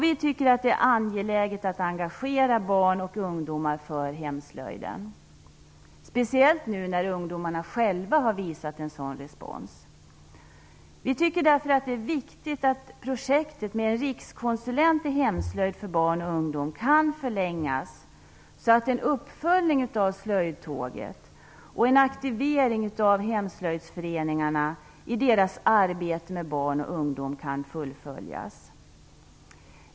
Vi tycker att det är angeläget att engagera barn och ungdomar i hemslöjden. Det gäller särskilt nu när ungdomarna själva har gett en sådan respons. Vi tycker därför att det är viktigt att projektet med en rikskonsulent i hemslöjd för barn och ungdom kan förlängas, så att en uppföljning av slöjdtåget och en aktivering av hemslöjdsföreningarnas arbete med barn och ungdom kan fullföljas.